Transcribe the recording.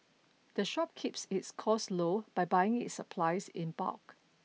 the shop keeps its costs low by buying its supplies in bulk